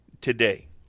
today